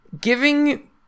Giving